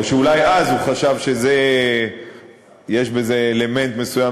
או שאולי אז הוא חשב שיש בזה אלמנט מסוים